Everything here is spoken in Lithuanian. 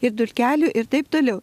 ir dulkelių ir taip toliau